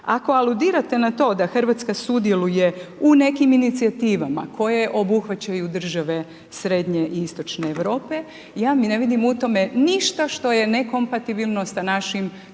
Ako aludirate na to Hrvatska sudjeluje u nekim inicijativama koje obuhvaćaju države srednje i istočne Europe, ja ne vidim u tome ništa što je nekompatibilno sa našim članstvom